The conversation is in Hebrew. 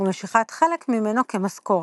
ומשיכת חלק ממנו כמשכורת,